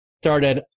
started